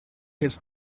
his